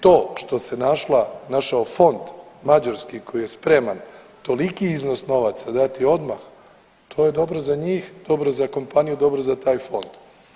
To što se našla, našao fond mađarski koji je spreman toliki iznos novaca dati odmah, to je dobro za njih, dobro za kompaniju, dobro za taj fond.